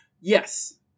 Yes